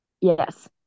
yes